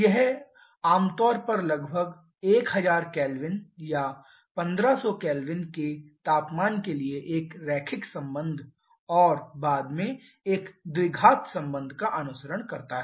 यह आमतौर पर लगभग 1000 K या 1500 K के तापमान के लिए एक रैखिक संबंध और बाद में एक द्विघात संबंध का अनुसरण करता है